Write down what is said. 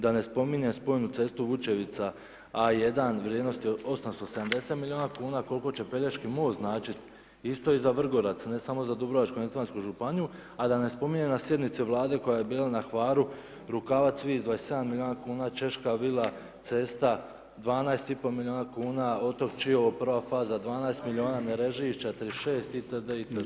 Da ne spominjem spojnu cestu Vučevica A1 vrijednosti 870 milijuna kuna koliko će Pelješki most značiti isto i za Vrgorac, ne samo za Dubrovačko-neretvansku županiju a da ne spominjem na sjednici Vlade koja je bila na Hvaru Rukavac-Vis, 27 milijuna kuna, Češka vila cesta 12,5 milijuna, Otok Čiovo prva faza 12 milijuna, Nerežišća 36 itd., itd.